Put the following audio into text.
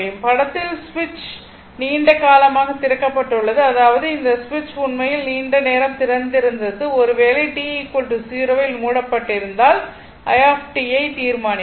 படத்தில் சுவிட்ச் நீண்ட காலமாக திறக்கப்பட்டுள்ளது அதாவது இந்த சுவிட்ச் உண்மையில் நீண்ட நேரம் திறந்திருந்தது ஒரு வேளை t 0 இல் மூடப்பட்டிருந்ததால் i ஐ தீர்மானிக்கவும்